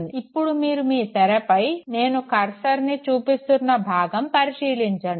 ఇప్పుడు మీరు మీ తెరపై నేను కర్సర్ని చూపిస్తున్న భాగం పరిశీలించండి